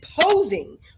posing